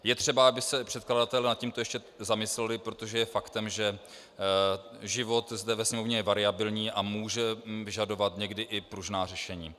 Je třeba, aby se předkladatelé nad tímto ještě zamysleli, protože je faktem, že život zde ve Sněmovně je variabilní a může vyžadovat někdy i pružná řešení.